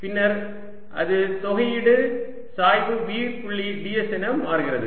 பின்னர் அது தொகையீடு சாய்வு V புள்ளி ds என மாறுகிறது